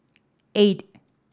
eight